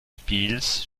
spiels